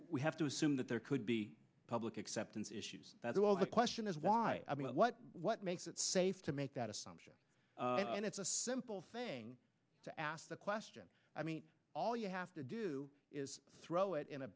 we have to assume that there could be public acceptance issues that well the question is why i mean what what makes it safe to make that assumption and it's a simple thing to ask the question i mean all you have to do is throw it in a